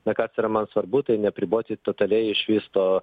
na kas yra man svarbu tai neapriboti totaliai iš vis to